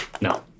No